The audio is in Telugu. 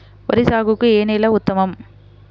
వరి సాగుకు ఏ నేల ఉత్తమం?